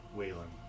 Whalen